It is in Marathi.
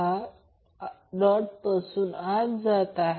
तर पुढील एक आकृतीमध्ये दाखवलेल्या सर्किटसाठी आहे